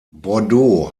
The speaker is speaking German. bordeaux